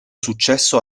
successo